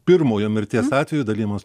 pirmojo mirties atveju dalijamas